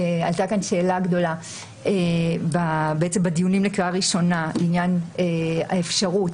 שאלה גדולה בדיונים לקריאה ראשונה לעניין האפשרות